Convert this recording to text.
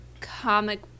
comic